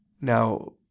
Now